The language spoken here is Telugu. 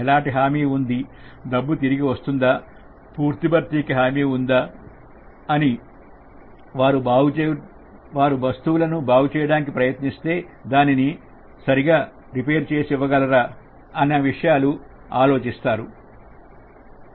ఎలాంటి హామీ ఉంది డబ్బు తిరిగి వస్తుందా పూర్తి భక్తి హామీ ఉందా దా వారు వస్తువులను బాగు చేయడానికి ప్రయత్నిస్తే దానిని సరిగా రిపీట్ చేయగలరా ఇచ్చే అది విషయాలు ఆలోచిస్తాం